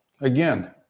again